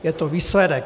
Je to výsledek.